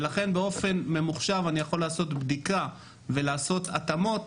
ולכן באופן ממוחשב אני יכול לעשות בדיקה ולעשות התאמות,